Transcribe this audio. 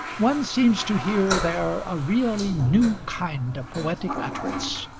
one seems to hear there a really new kind of poetic utterance,